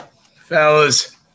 Fellas